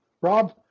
Rob